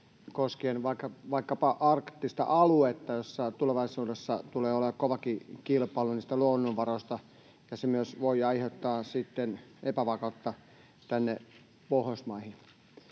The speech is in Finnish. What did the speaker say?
koskien vaikkapa arktista aluetta, jossa tulevaisuudessa tulee olemaan kovakin kilpailu niistä luonnonvaroista, ja se myös voi aiheuttaa sitten epävakautta tänne Pohjoismaihin.